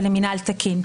ולמינהל תקין.